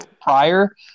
prior